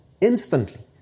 instantly